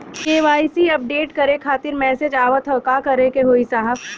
KYC updation करें खातिर message आवत ह का करे के होई साहब?